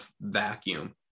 vacuum